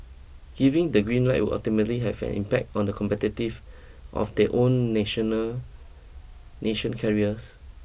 giving the green light would ultimately have an impact on the competitive of their own national national carriers